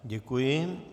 Děkuji.